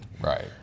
right